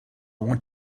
want